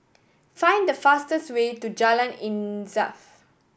find the fastest way to Jalan Insaf